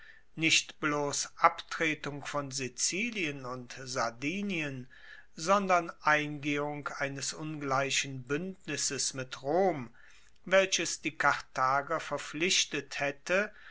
nicht bloss abtretung von sizilien und sardinien sondern eingehung eines ungleichen buendnisses mit rom welches die karthager verpflichtet haette